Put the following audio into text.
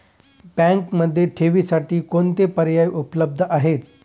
बँकेमध्ये ठेवींसाठी कोणते पर्याय उपलब्ध आहेत?